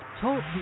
Talk